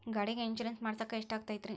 ಗಾಡಿಗೆ ಇನ್ಶೂರೆನ್ಸ್ ಮಾಡಸಾಕ ಎಷ್ಟಾಗತೈತ್ರಿ?